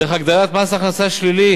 דרך הגדלת מס הכנסה שלילי